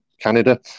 Canada